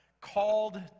Called